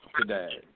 today